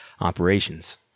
operations